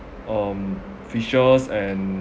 um fishes and